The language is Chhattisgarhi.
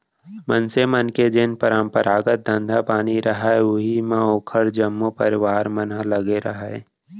मनसे मन के जेन परपंरागत धंधा पानी रहय उही म ओखर जम्मो परवार मन ह लगे रहय